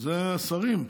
זה שרים.